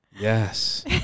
Yes